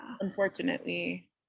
unfortunately